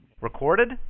Recorded